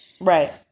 Right